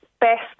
best